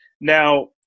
Now